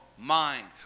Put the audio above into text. Mind